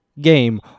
game